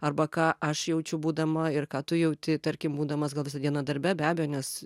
arba ką aš jaučiu būdama ir ką tu jauti tarkim būdamas gal visą dieną darbe be abejo nes